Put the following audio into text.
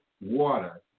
water